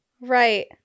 Right